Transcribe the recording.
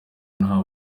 nta